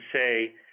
say